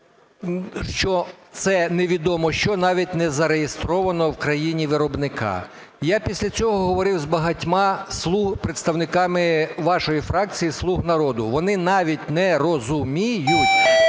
що це невідомо що навіть не зареєстровано в країні виробника. Я після цього говорив з багатьма представниками вашої фракції "Слуг народу". Вони навіть не розуміють